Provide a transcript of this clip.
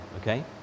Okay